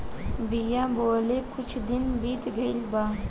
बिया बोवले कुछ दिन बीत गइल बा